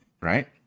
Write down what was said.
Right